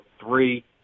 three